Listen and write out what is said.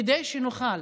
כדי שנוכל